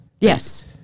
Yes